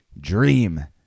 dream